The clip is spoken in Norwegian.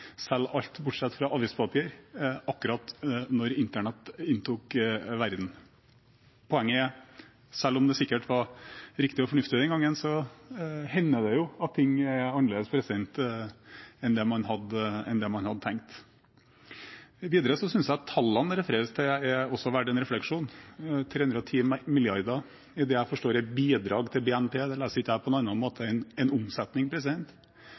alt bortsett fra avispapir, akkurat når internett inntok verden. Poenget er at selv om det sikkert var riktig og fornuftig den gangen, hender det at ting blir annerledes enn det man hadde tenkt. Videre synes jeg at tallene det refereres til, også er verdt en refleksjon. 310 mrd. kr i det jeg forstår er bidrag til BNP, leser ikke jeg på noen annen måte enn en omsetning.